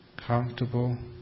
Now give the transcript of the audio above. comfortable